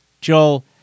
Joel